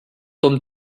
tom